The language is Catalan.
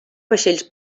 vaixells